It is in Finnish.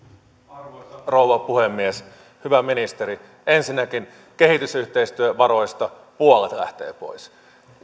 arvoisa rouva puhemies hyvä ministeri ensinnäkin kehitysyhteistyövaroista puolet lähtee pois